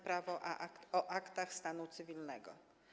Prawo o aktach stanu cywilnego.